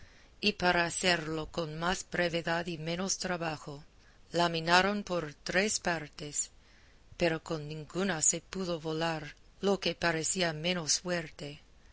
y para hacerlo con más brevedad y menos trabajo la minaron por tres partes pero con ninguna se pudo volar lo que parecía menos fuerte